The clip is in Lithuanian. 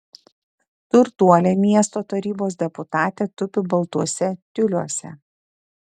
turtuolė miesto tarybos deputatė tupi baltuose tiuliuose